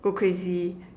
go crazy